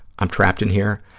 i'm trapped in here,